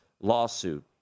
lawsuit